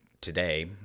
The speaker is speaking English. today